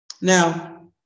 Now